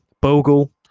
Bogle